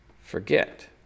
forget